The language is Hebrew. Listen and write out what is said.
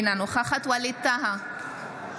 אינה נוכחת ווליד טאהא,